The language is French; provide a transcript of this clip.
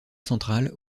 centrale